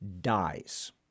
dies